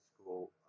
school